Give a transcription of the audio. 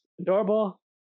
adorable